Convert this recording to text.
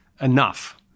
enough